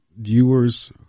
viewers